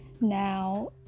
Now